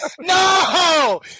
no